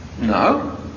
No